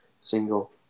single